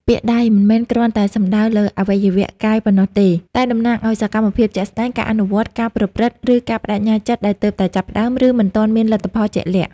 ពាក្យ "ដៃ" មិនមែនគ្រាន់តែសំដៅលើអវយវៈកាយប៉ុណ្ណោះទេ តែតំណាងឱ្យ សកម្មភាពជាក់ស្តែង ការអនុវត្ត ការប្រព្រឹត្ត ឬ ការប្ដេជ្ញាចិត្តដែលទើបតែចាប់ផ្ដើម ឬមិនទាន់មានលទ្ធផលជាក់លាក់។